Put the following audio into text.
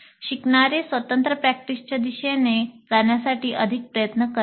शिकणारे स्वतंत्र प्रॅक्टिसच्या दिशेने जाण्यासाठी अधिक प्रयत्न करतात